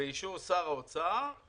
באישור שר האוצר,